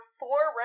four